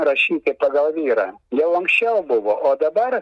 rašyti pagal vyrą jau anksčiau buvo o dabar